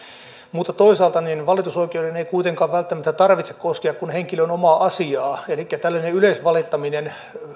mutta toisaalta valitusoikeuden ei kuitenkaan välttämättä tarvitse koskea kuin henkilön omaa asiaa elikkä tällainen yleisvalittaminen